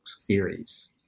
theories